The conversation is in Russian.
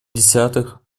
десятых